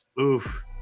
oof